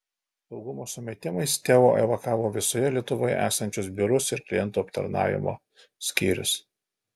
saugumo sumetimais teo evakavo visoje lietuvoje esančius biurus ir klientų aptarnavimo skyrius